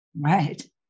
right